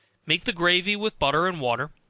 make the gravy with butter and water,